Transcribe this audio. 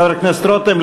חבר הכנסת רותם,